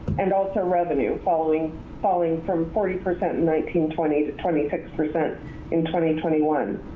and also revenue falling falling from forty percent in nineteen, twenty to twenty six percent in twenty, twenty one.